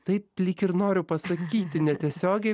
taip lyg ir noriu pasakyti netiesiogiai